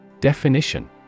Definition